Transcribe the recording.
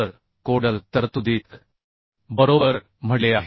तर कोडल तरतुदीत बरोबर म्हटले आहे